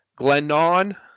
Glennon